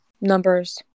numbers